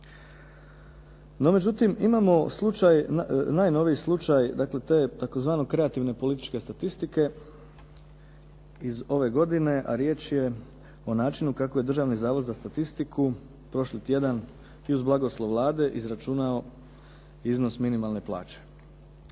No međutim, imamo slučaj, najnoviji slučaj dakle te tzv. kreativne političke statistike iz ove godine, a riječ je o načinu kako je Državni zavod za statistiku prošli tjedan i uz blagoslov Vlade izračunao iznos minimalne plaće.